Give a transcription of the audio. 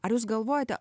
ar jūs galvojate